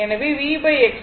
எனவே VXL∠